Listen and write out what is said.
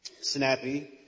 snappy